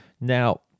Now